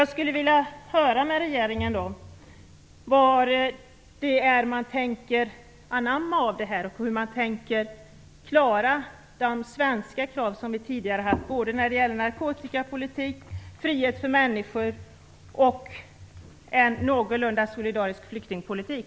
Jag skulle vilja höra vad regeringen tänker anamma av detta och hur man tänker klara de svenska krav som vi tidigare har haft när det gäller såväl narkotikapolitik och frihet för människor som en någorlunda solidarisk flyktingpolitik.